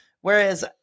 whereas